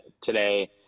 today